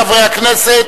בעדה 42 מחברי הכנסת,